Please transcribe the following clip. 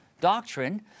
doctrine